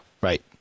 Right